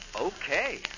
Okay